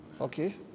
okay